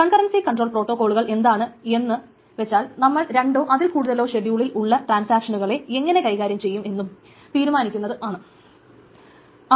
concurrency control പ്രോട്ടോക്കോളുകൾ എന്താണ് എന്നു വെച്ചാൽ നമ്മൾ രണ്ടോ അതിൽ കൂടുതലോ ഷെഡ്യൂളിൽ ഉള്ള ട്രാൻസാക്ഷനുകളെ എങ്ങനെ കൈകാര്യം ചെയ്യും എന്ന് തീരുമാനിക്കുന്നത് ആണ്